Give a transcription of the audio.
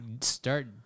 start